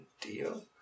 deal